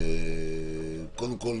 קודם כול,